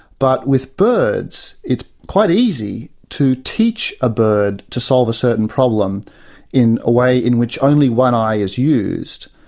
but with birds, it's quite easy to teach a bird to solve a certain problem in a way in which only one eye is used,